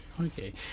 okay